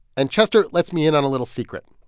and chester lets me in on a little secret.